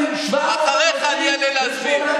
אחריך אני אעלה להסביר.